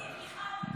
אבל שכחתי את מיכל,